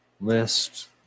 list